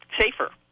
safer